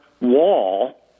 wall